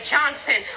Johnson